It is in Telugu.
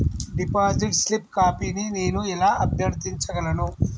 డిపాజిట్ స్లిప్ కాపీని నేను ఎలా అభ్యర్థించగలను?